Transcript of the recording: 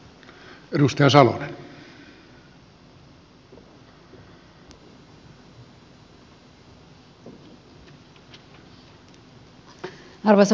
arvoisa puhemies